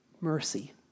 mercy